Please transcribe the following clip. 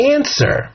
Answer